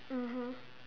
mmhmm